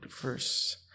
verse